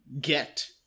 get